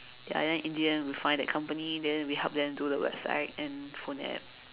ya then in the end we find that company then we help them do the website and phone App